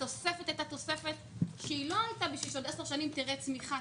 התוספת הייתה תוספת שלא הייתה בשביל שעוד עשר שנים תראה צמיחה,